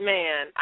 Man